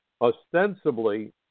ostensibly